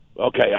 okay